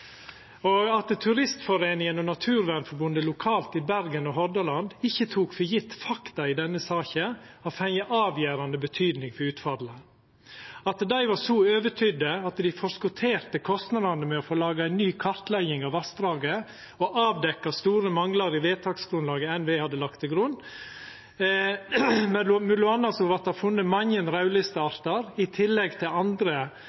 Bergen. At Turistforeningen og Naturvernforbundet lokalt i Bergen og Hordaland ikkje tok for gjeve fakta i denne saka, har fått avgjerande betydning for utfallet. Dei var så overtydde at dei forskotterte kostnadene med å få laga ei ny kartlegging av vassdraget, som avdekte store manglar i vedtaksgrunnlaget som NVE hadde lagt til grunn. Mellom anna vart det funne mange raudlisteartar, i tillegg til andre mindre, men